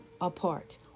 apart